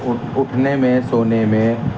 اٹھنے میں سونے میں